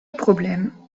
problème